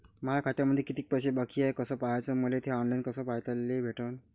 माया खात्यामंधी किती पैसा बाकी हाय कस पाह्याच, मले थे ऑनलाईन कस पाह्याले भेटन?